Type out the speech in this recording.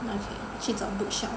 去找 bookshelf